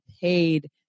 paid